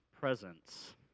presence